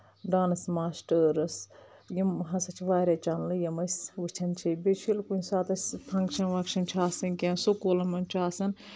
dance masters یِم ہسا چھِ واریاہ چَنلہٕ یِم أسۍ وٕچھان چھِ بیٚیہِ چھُ کُنہِ ساتہٕ أسۍ فنٛگشن ونٛگشن چھُ آسن کینٛہہ سٔکوٗلن منٛز چھُ آسان